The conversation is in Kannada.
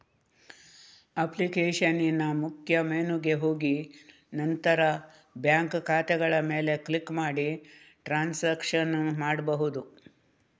ಅಪ್ಲಿಕೇಶನಿನ ಮುಖ್ಯ ಮೆನುಗೆ ಹೋಗಿ ನಂತರ ಬ್ಯಾಂಕ್ ಖಾತೆಗಳ ಮೇಲೆ ಕ್ಲಿಕ್ ಮಾಡಿ ಟ್ರಾನ್ಸಾಕ್ಷನ್ ಮಾಡ್ಬಹುದು